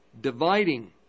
dividing